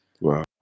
Wow